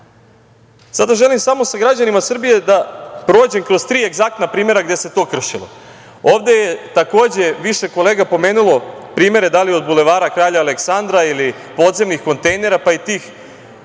želim samo sa građanima Srbije da prođem kroz tri egzaktna primera gde se to kršilo. Takođe, ovde je više kolega pomenulo primere da li od Bulevara kralja Aleksandra ili podzemnih kontejnera, pa i tih